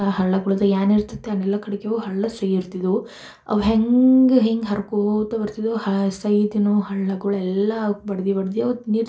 ಆ ಹಳ್ಳಗಳದ್ದು ಏನು ಇರ್ತಿತ್ತು ಏನು ಇಲ್ಲ ಕಡೆಗವು ಹಳ್ಳ ಸೇರ್ತಿದ್ದವು ಅವು ಹೆಂಗೆ ಹಿಂಗೆ ಹರ್ಕೊಳ್ತಾ ಬರ್ತಿದ್ದವು ಹಾ ಸೈ ದಿನವು ಹಳ್ಳಗಳೆಲ್ಲ ಬಡ್ದು ಬಡ್ದು ಅವು ನೀರು